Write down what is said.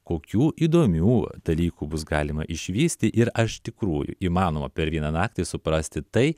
kokių įdomių dalykų bus galima išvysti ir ar iš tikrųjų įmanoma per vieną naktį suprasti tai